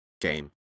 game